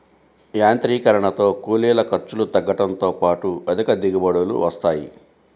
యాంత్రీకరణతో కూలీల ఖర్చులు తగ్గడంతో పాటు అధిక దిగుబడులు వస్తాయి